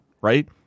right